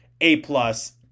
A-plus